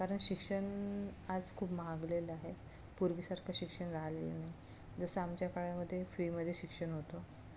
कारण शिक्षण आज खूप महागलेलं आहे पूर्वीसारखं शिक्षण राहिलेलं नाही जसं आमच्या काळामध्ये फ्रीमध्ये शिक्षण होतं